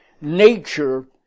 nature